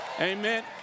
Amen